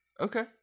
Okay